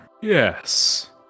Yes